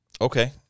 Okay